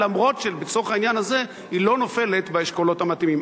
אף שלצורך העניין הזה היא לא נופלת באשכולות המתאימים?